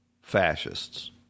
fascists